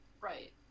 Right